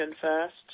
first